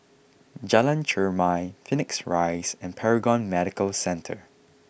Jalan Chermai Phoenix Rise and Paragon Medical Centre